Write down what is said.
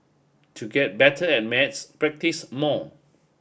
to get better at maths practise more